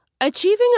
Achieving